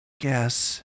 guess